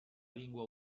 lingua